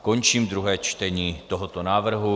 Končím druhé čtení tohoto návrhu.